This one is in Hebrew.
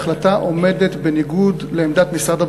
ההחלטה עומדת בניגוד לעמדת משרד הבריאות,